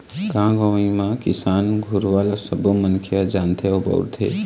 गाँव गंवई म किसान गुरूवा ल सबो मनखे ह जानथे अउ बउरथे